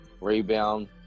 rebound